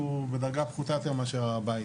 הוא בדרגה פחותה יותר מאשר הר הבית.